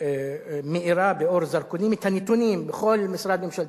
ומאירה באור זרקורים את הנתונים בכל משרד ממשלתי,